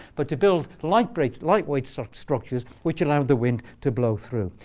but to build lightweight lightweight so structures which allowed the wind to blow through.